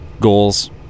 goals